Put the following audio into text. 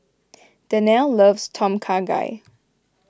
Danelle loves Tom Kha Gai